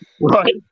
Right